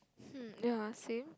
hmm ya same